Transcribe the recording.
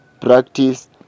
Practice